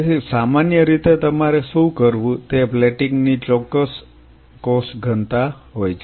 તેથી સામાન્ય રીતે તમારે શું કરવું તે પ્લેટિંગ ની ચોક્કસ કોષ ઘનતા હોય છે